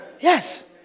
Yes